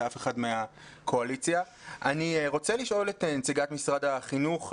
אני רוצה לשאול את נציגת משרד החינוך.